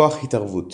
כח התערבות